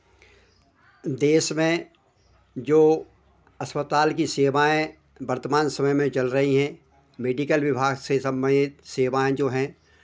देश में जो अस्पताल की सेवाएँ वर्तमान समय में चल रही हैं मेडिकल विभाग से संबंधित सेवाएँ जो हैं